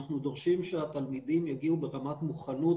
אנחנו דורשים שהתלמידים יגיעו ברמת מוכנות